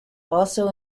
also